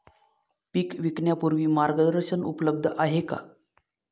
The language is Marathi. पीक विकण्यापूर्वी मार्गदर्शन उपलब्ध आहे का?